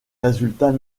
résultats